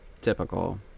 Typical